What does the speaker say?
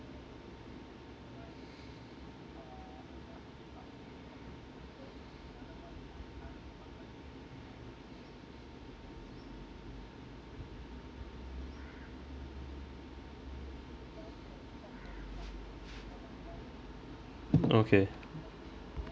okay